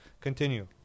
Continue